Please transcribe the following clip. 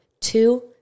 Two